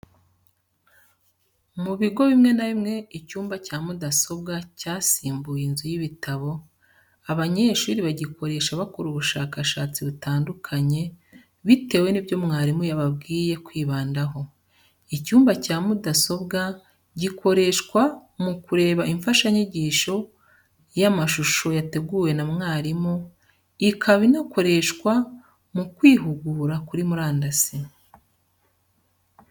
Mu bigo bimwe na bimwe icyumba cya mudasobwa cyasimbuye inzu y'ibitabo, abanyeshuri bagikoresha bakora ubushakashatsi butandukanye bitewe nibyo mwarimu yababwiye kwibandaho. Icyumba cya mudasobwa gikoresha kureba imfashanyigisho y'amashusho yateguwe na mwarimu, ikaba inakoreshwa mu kwihugura kuri murandasi.